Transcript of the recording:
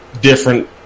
different